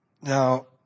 Now